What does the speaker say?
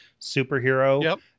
Superhero